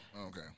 Okay